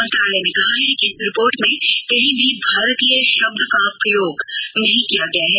मंत्रालय ने कहा है कि इस रिपोर्ट में कहीं भी भारतीय शब्द का प्रयोग नहीं किया गया है